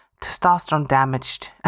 testosterone-damaged